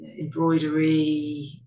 embroidery